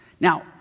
Now